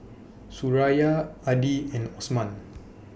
Suraya Adi and Osman